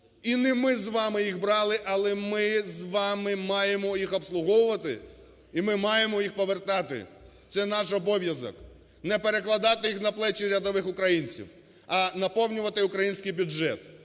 І не ми з вами їх брали, але ми з вами маємо їх обслуговувати, і ми маємо її повертати – це наш обов'язок. Не перекладати їх на плечі рядових українців, а наповнювати український бюджет.